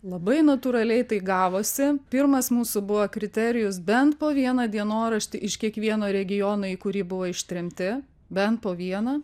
labai natūraliai tai gavosi pirmas mūsų buvo kriterijus bent po vieną dienoraštį iš kiekvieno regiono į kurį buvo ištremti bent po vieną